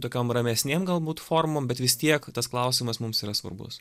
tokiom ramesnėm galbūt formom bet vis tiek tas klausimas mums yra svarbus